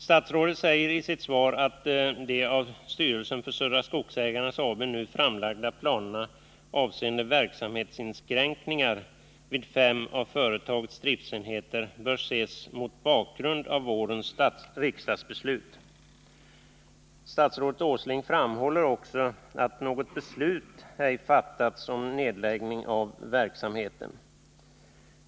Statsrådet säger i sitt svar att de av styrelsen för Södra Skogsägarna AB nu framlagda planerna avseende verksamhetsinskränkningar vid fem av företagets driftenheter bör ses mot bakgrund av vårens riksdagsbeslut. Statsrådet Åsling framhåller också att något beslut ej fattats om nedläggning av verksamheten.